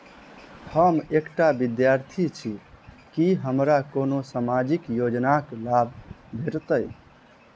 हम एकटा विद्यार्थी छी, की हमरा कोनो सामाजिक योजनाक लाभ भेटतय?